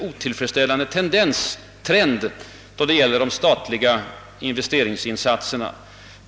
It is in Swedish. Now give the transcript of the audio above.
otillfredsställande trend då det gäller de statliga investeringsinsatserna.